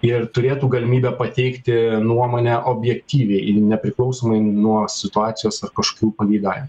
ir turėtų galimybę pateikti nuomonę objektyviai nepriklausomai nuo situacijos ar kažkokių pageidavimų